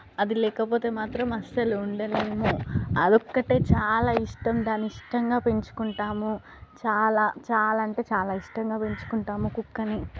అది లేకపోతే మాత్రం అస్సలు ఉండలేము అది ఒక్కటే చాలా ఇష్టం దాన్ని ఇష్టంగా పెంచుకుంటాము చాలా చాలా అంటే చాలా ఇష్టంగా పెంచుకుంటాము కుక్కని